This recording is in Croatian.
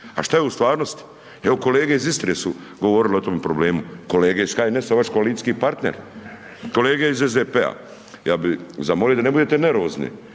a šta je u stvarnosti, evo kolege iz Istre su govorile o tom problemu, kolege iz HNS-a, vaš koalicijski partner. Kolege iz SDP-a, ja bi zamolimo da ne budete nervozni,